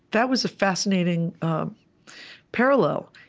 that was a fascinating parallel.